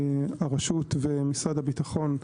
הרשות ומשרד הביטחון,